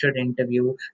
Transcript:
interview